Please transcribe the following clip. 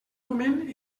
moment